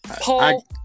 Paul